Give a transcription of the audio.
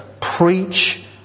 preach